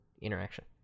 interaction